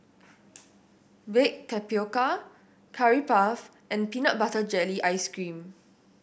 baked tapioca Curry Puff and peanut butter jelly ice cream